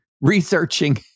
researching